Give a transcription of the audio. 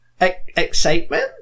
excitement